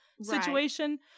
situation